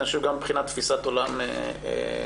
וגם מבחינת תפיסת עולם משפטית,